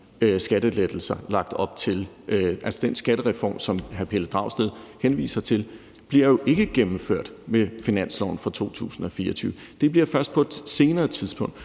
skattelettelser. Altså, den skattereform, som hr. Pelle Dragsted henviser til, bliver jo ikke gennemført med finansloven for 2024. Det bliver først på et senere tidspunkt.